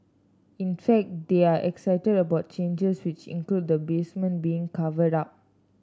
in fact they are excited about changes which include the basement being covered up